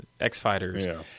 X-Fighters